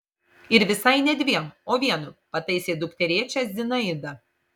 ir visai ne dviem o vienu pataisė dukterėčią zinaida